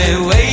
Wait